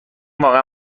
واقعا